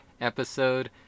episode